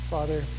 Father